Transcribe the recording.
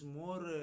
more